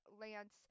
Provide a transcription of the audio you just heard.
lance